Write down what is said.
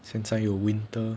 现在有 winter